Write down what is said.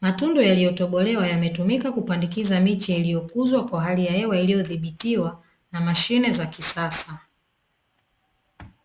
Matundu yaliyotobolewa yametumika kupandikiza miche iliyokuzwa kwa hali ya hewa iliyodhibitiwa na mashine za kisasa.